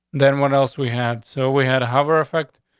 then what else we had. so we had a hover effect.